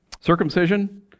Circumcision